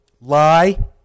lie